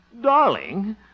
Darling